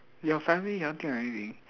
your family never think of anything